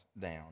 down